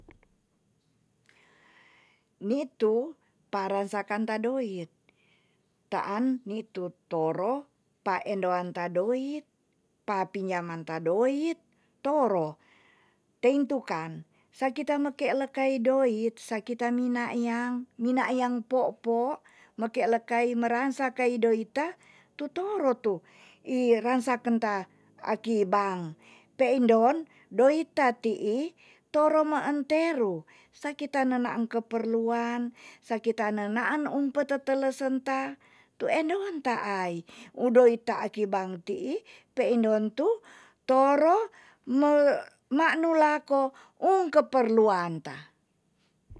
Ni tu parasakan ta doit. taan ni tu toro pa endoan ta doit, pa pinjaman ta doit, toro. tein tukan, sa kita mekek lekei doit sa kita minakyang- minakyang poo'po mekek lekai meransa kei doit ta, tu toro tu i ransa kenta aki bank. pe indon doit ta ti'i, toro maan teru saki ta ne naan keperluan, sa kita ne naan um petetelesen ta tu endo ta ai. udoi ta aki bank ti'i pe endon tu toro mak nu lako um keperluan ta.